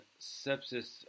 sepsis